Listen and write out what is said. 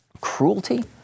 Cruelty